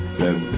says